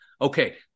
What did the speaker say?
Okay